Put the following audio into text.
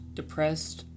depressed